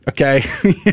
okay